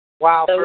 Wow